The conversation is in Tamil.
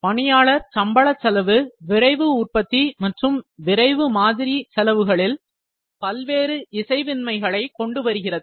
பணியாளர் சம்பள செலவு விரைவு உற்பத்தி மற்றும் விரைவு மாதிரி செலவுகளில் பல்வேறு இசைவின்மைகளை கொண்டு வருகிறது